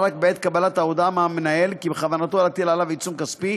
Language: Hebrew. רק בעת קבלת ההודעה מהמנהל כי בכוונתו להטיל עליו עיצום כספי,